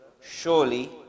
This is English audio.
surely